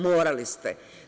Morali ste.